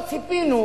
לא ציפינו,